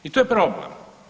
I to je problem.